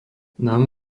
nám